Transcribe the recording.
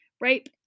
rape